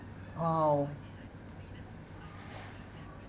!wow!